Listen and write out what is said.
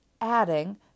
adding